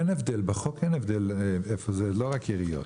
בחוק אין הבדל איפה זה, לא רק עיריות,